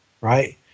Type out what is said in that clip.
right